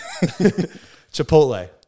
Chipotle